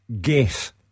guess